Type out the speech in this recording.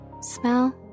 smell